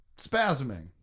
spasming